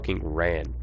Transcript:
ran